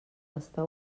està